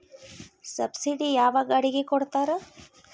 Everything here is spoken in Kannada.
ಸಬ್ಸಿಡಿ ಯಾವ ಗಾಡಿಗೆ ಕೊಡ್ತಾರ?